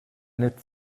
nett